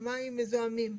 המים מזוהמים.